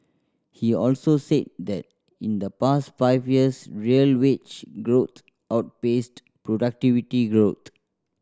he also said that in the past five years real wage growth outpaced productivity growth